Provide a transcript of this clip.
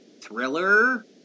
thriller